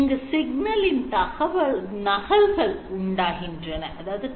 இங்கு சிக்னலின் நகல்கள் உண்டாகின்றது